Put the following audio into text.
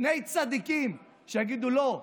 שני צדיקים שיגידו לא,